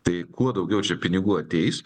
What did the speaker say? tai kuo daugiau čia pinigų ateis